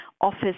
office